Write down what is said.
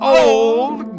old